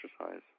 exercise